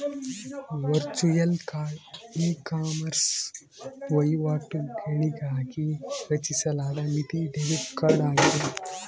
virtual card ecommerce ವಹಿವಾಟುಗಳಿಗಾಗಿ ರಚಿಸಲಾದ ಮಿತಿ ಡೆಬಿಟ್ ಕಾರ್ಡ್ ಆಗಿದೆ